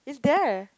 it's there